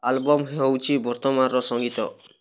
album ହେଉଛି ବର୍ତ୍ତମାନର ସଂଗୀତ